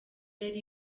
yari